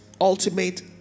ultimate